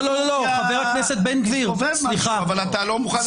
לא היה לזה שום קשר למשהו מדיני או לא מדיני.